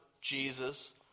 Jesus